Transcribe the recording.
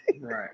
Right